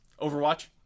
Overwatch